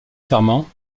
serment